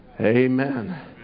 Amen